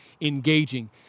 engaging